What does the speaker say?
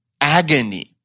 agony